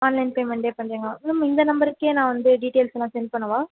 online பேமெண்டே பண்ணுறீங்களா ma'am இந்த நம்பருக்கே நான் வந்து டீட்டைல்ஸ்யெலாம் சென்ட் பண்ணவா